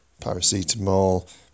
paracetamol